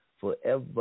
forever